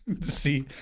See